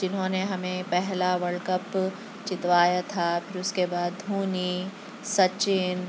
جنہوں نے ہمیں پہلا ورلڈکپ جتوایا تھا پھر اُس کے بعد دھونی سچن